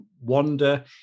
Wonder